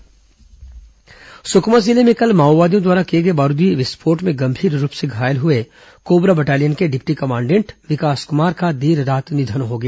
जवान शहीद माओ गिर प तार सुकमा जिले में कल माओवादियों द्वारा किए गए बारूदी विस्फोट में गंभीर रूप से घायल हुए कोबरा बटालियन के डिप्टी कमांडेंट विकास क्मार का देर रात निधन हो गया